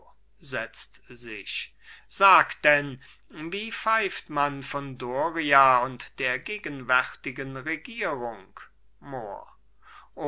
setzt sich sag denn wie pfeift man von doria und der gegenwärtigen regierung mohr